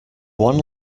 one